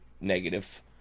negative